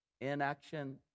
Inaction